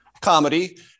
comedy